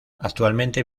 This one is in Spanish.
actualmente